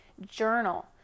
Journal